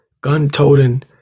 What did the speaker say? gun-toting